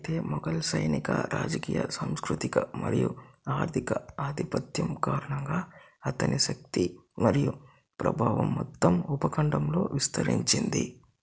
అయితే మొగల్ సైనిక రాజకీయ సాంస్కృతిక మరియు ఆర్థిక ఆధిపత్యం కారణంగా అతని శక్తి మరియు ప్రభావం మొత్తం ఉపఖండంలో విస్తరించింది